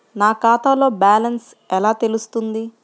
నా ఖాతాలో బ్యాలెన్స్ ఎలా తెలుస్తుంది?